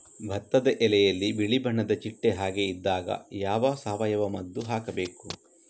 ಭತ್ತದ ಎಲೆಯಲ್ಲಿ ಬಿಳಿ ಬಣ್ಣದ ಚಿಟ್ಟೆ ಹಾಗೆ ಇದ್ದಾಗ ಯಾವ ಸಾವಯವ ಮದ್ದು ಹಾಕಬೇಕು?